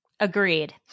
Agreed